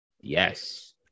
Yes